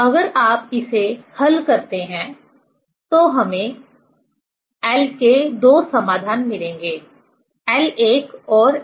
अगर आप इसे हल करते हैं तो हमें l के दो समाधान मिलेंगे l1 और l2